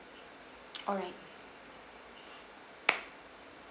alright